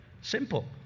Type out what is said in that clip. Simple